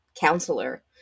counselor